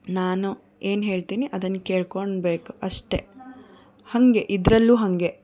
ನಾನು ಏನು ಹೇಳ್ತೀನಿ ಅದನ್ನ ಕೇಳ್ಕೊಂಡು ಇರಬೇಕು ಅಷ್ಟೆ ಹಾಗೆ ಇದರಲ್ಲೂ ಹಾಗೆ